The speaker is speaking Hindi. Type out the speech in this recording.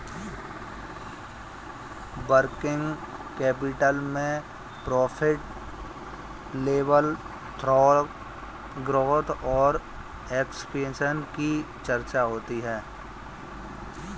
वर्किंग कैपिटल में प्रॉफिट लेवल ग्रोथ और एक्सपेंशन की चर्चा होती है